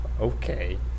Okay